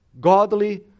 godly